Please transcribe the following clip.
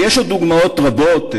ויש עוד דוגמאות רבות,